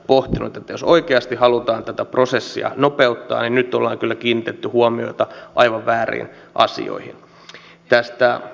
että jos oikeasti halutaan tätä prosessia nopeuttaa niin nyt ollaan kyllä kiinnitetty huomiota aivan vääriin asioihin